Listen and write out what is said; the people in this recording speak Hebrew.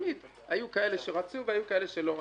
היו כאלה שרצו, והיו כאלה שלא רצו.